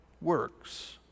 works